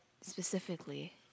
specifically